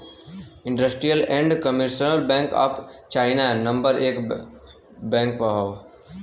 industrial and commercial bank of China number एक पे हौ